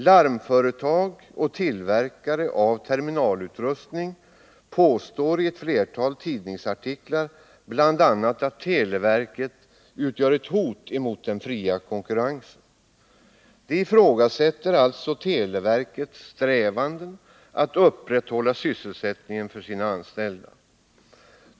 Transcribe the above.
Larmföretag och tillverkare av terminalutrustningar påstår i ett flertal tidningsartiklar bl.a. att televerket utgör ett hot mot den fria konkurrensen. De ifrågasätter alltså televerkets strävanden att upprätthålla sysselsättningen för sina anställda.